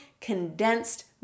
condensed